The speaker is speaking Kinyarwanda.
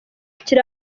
kiri